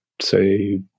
say